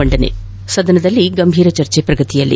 ಮಂಡನೆ ಸದನದಲ್ಲಿ ಗಂಭೀರ ಚರ್ಚೆ ಪ್ರಗತಿಯಲ್ಲಿ